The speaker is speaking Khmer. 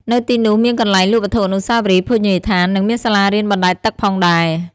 នៅទីនោះមានកន្លែងលក់វត្ថុអនុស្សាវរីយ៍ ភោជនីយដ្ឋាន និងមានសាលារៀនបណ្តែតទឹកផងដែរ។